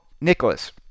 Nicholas